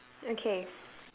okay